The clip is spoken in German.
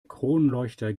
kronleuchter